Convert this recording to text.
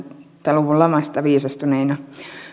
luvun lamasta viisastuneina